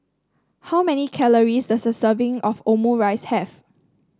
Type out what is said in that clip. how many calories does a serving of Omurice have